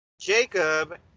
Jacob